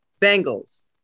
Bengals